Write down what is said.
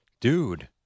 Dude